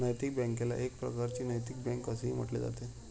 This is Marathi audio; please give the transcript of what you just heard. नैतिक बँकेला एक प्रकारची नैतिक बँक असेही म्हटले जाते